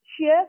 share